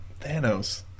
Thanos